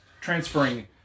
transferring